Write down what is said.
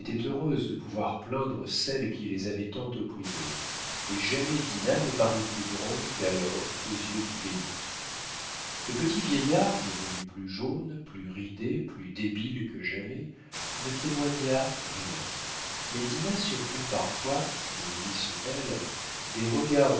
heureuses de pouvoir plaindre celle qui les avait tant opprimées et jamais dinah ne parut plus grande qu'alors aux yeux du pays le petit vieillard devenu plus jaune plus ridé plus débile que jamais ne témoigna rien mais dinah surprit parfois de lui sur elle des regards